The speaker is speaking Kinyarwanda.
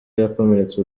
yakomeretse